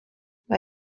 mae